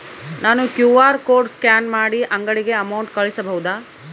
ನಾನು QR code scan ಮಾಡಿ ಅಂಗಡಿಗೆ ಅಮೌಂಟ್ ಕಳಿಸಬಹುದಾ?